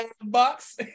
box